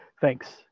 thanks